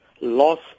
loss